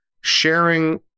sharing